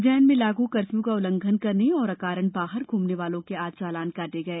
उज्जैन में लागू कर्फ्यू का उल्लंघन करने और अकारण बाहर घूमने वालों के आज चालन काटे गये